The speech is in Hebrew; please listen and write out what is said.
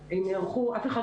אגב,